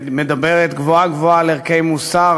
שמדברת גבוהה-גבוהה על ערכי מוסר,